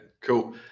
Cool